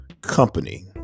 company